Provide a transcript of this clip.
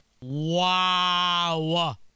Wow